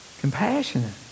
compassionate